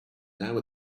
now